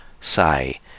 say